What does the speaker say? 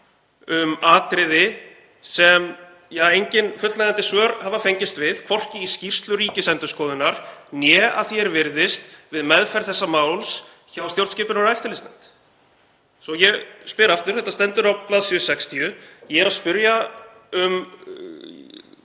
um atriði sem engin fullnægjandi svör hafa fengist við, hvorki í skýrslu Ríkisendurskoðunar né að því er virðist við meðferð þessa máls hjá stjórnskipunar- og eftirlitsnefnd, svo ég spyr aftur. Þetta stendur á bls. 60 og ég er að spyrja